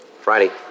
Friday